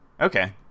Okay